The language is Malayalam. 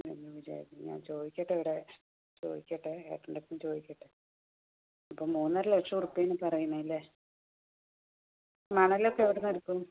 എന്നു വിചാരിക്കുന്നത് ഞാൻ ചോദിക്കട്ടെ ഇവിടെ ചോദിക്കട്ടെ ഏട്ടൻ്റെയൊപ്പം ചോദിക്കട്ടെ അപ്പം മൂന്നരലക്ഷം ഉറുപ്പികയെന്നു പറയുന്നതല്ലെ മണലൊക്കെ എവിടെ നിന്നെടുക്കും